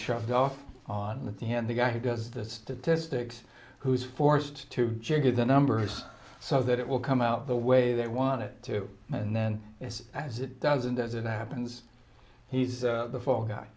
shoved off on the stand the guy who does the statistics who's forced to jigger the numbers so that it will come out the way they want it to and then it's as it does and as it happens he's the fall guy